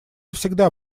всегда